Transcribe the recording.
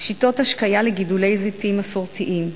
שיטות השקיה לגידולי זיתים מסורתיים.